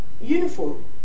uniform